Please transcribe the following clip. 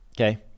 Okay